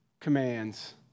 commands